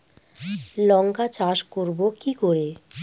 লঙ্কা চাষ করব কি করে?